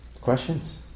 Questions